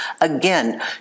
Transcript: Again